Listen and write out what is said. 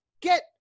get